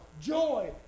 joy